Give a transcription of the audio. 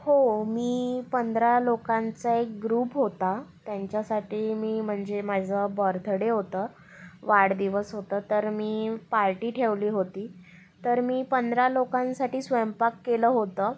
हो मी पंधरा लोकांचा एक ग्रुप होता त्यांच्यासाठी मी म्हणजे माझं बर्थडे होतं वाढदिवस होतं तर मी पार्टी ठेवली होती तर मी पंधरा लोकांसाठी स्वयंपाक केलं होतं